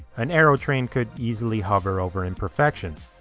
an aerotrain could easily hover over imperfections.